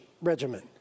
regimen